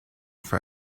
for